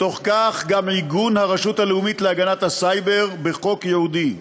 ובתוך כך גם עיגון הרשות הלאומית להגנת הסייבר בחוק ייעודי.